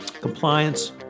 compliance